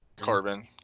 Corbin